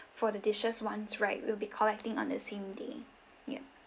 for the dishes ones right we'll be collecting on the same day yup